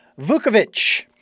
Vukovic